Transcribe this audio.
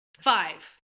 Five